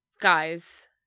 Guys